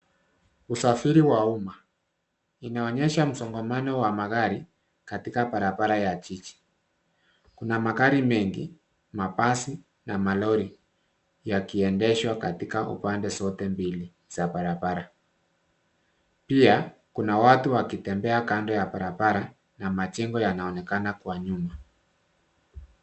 Usafiri wa umma inaonyesha msongamano wa magari katika barabara ya jiji , kuna magari mengi mabasi na malori yakiendeshwa katika upande zote mbili za barabara pia kuna watu wakitembea kando ya barabara na majengo yanaonekana kwa nyuma.